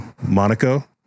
Monaco